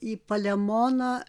į palemoną